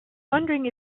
wondering